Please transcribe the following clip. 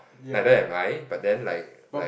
neither am I but then like like